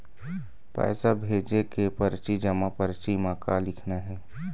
पैसा भेजे के परची जमा परची म का लिखना हे?